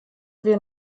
wir